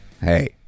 hey